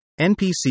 NPC